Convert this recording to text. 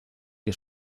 que